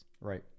Right